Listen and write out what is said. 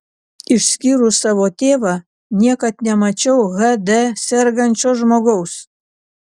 išskyrus savo tėvą niekad nemačiau hd sergančio žmogaus